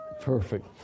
perfect